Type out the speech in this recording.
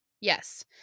Yes